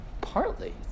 partly